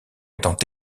étant